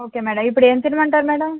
okay madam ఇప్పుడు ఏం తినమంటారు మేడం